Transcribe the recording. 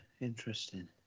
interesting